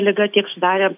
liga tiek sudarė